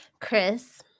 Chris